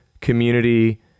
community